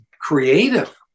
creative